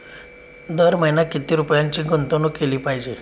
दर महिना किती रुपयांची गुंतवणूक केली पाहिजे?